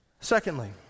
Secondly